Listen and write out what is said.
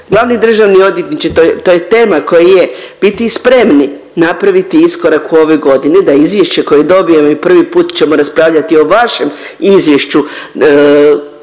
glavni državni odvjetniče, to je tema koja je, biti spremni napraviti iskorak u ovoj godini da izvješće koje dobijemo i prvi put ćemo raspravljati o vašem izvješću